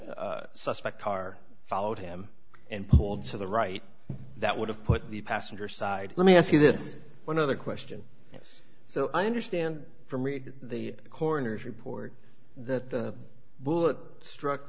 that suspect car followed him and pulled to the right that would have put the passenger side let me ask you this one other question so i understand from reading the coroner's report that the bullet struck